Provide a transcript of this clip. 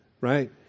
right